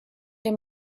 dem